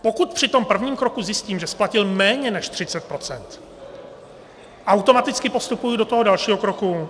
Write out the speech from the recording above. Pokud při tom prvním kroku zjistím, že splatil méně než 30 %, automaticky postupuji do dalšího kroku.